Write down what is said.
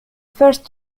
first